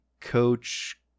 coach